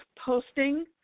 posting